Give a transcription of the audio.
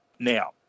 Now